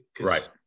Right